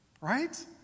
right